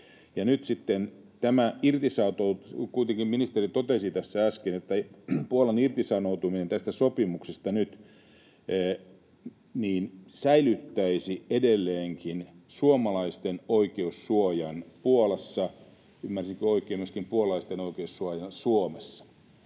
ministeri totesi tässä äsken, että Puolan irtisanoutuminen tästä sopimuksesta säilyttäisi edelleenkin suomalaisten oikeussuojan Puolassa — ymmärsinkö oikein, että myöskin puolalaisten oikeussuojan Suomessa?